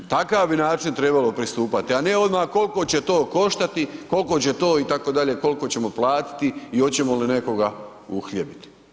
takav bi način trebalo pristupati a ne odmah koliko će to koštati, koliko će to itd., koliko ćemo platiti i hoćemo li nekoga uhljebiti.